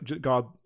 god